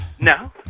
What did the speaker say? No